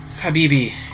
Habibi